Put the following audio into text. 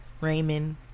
Raymond